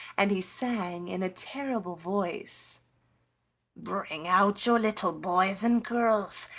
and he sang in a terrible voice bring out your little boys and girls,